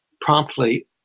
promptly